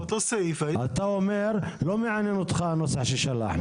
אתה אומר שלא מעניין אותך הנוסח ששלחנו.